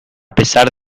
pesar